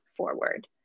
forward